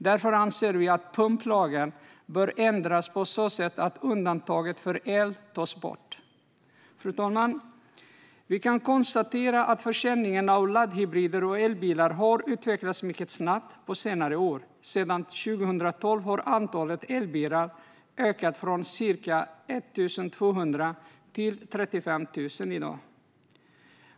Därför anser vi att pumplagen bör ändras på ett sådant sätt att undantaget för el tas bort. Fru talman! Försäljningen av laddhybrider och elbilar har utvecklats mycket snabbt på senare år. Sedan 2012 har antalet elbilar ökat från ca 1 200 till 35 000 i dag.